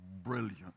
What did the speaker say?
brilliant